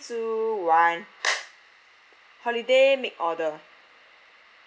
two one holiday make order